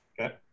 Okay